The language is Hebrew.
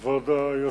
וילנאי, בבקשה.